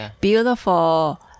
beautiful